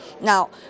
now